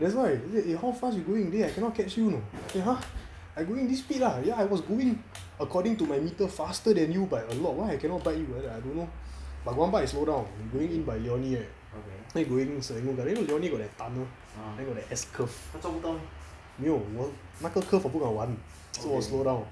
that's why eh he say how fast you going deh I cannot catch you know say !huh! I going this speed ah ya I was going according to my meter faster than you by a lot why I cannot bite you I don't know but one part I slow down we going in by lornie right cause we going serangoon garden then you know lornie got that tunnel then got that S curve 没有那个 curve 我不敢玩所以我 slow down